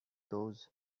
those